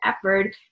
effort